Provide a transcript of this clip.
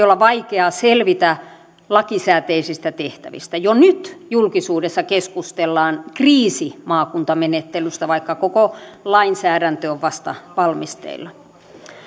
olla vaikeaa selvitä lakisääteisistä tehtävistä jo nyt julkisuudessa keskustellaan kriisimaakuntamenettelystä vaikka koko lainsäädäntö on vasta valmisteilla